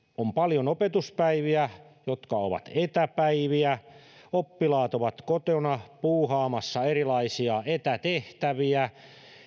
on paljon opetuspäiviä jotka ovat etäpäiviä ja oppilaat ovat kotona puuhaamassa erilaisia etätehtäviä